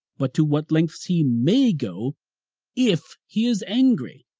but to what lengths he may go if he is angry.